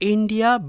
India